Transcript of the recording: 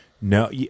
No